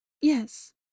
Yes